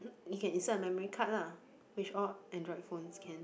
you can insert a memory card lah which all Andriod phones can